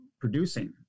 producing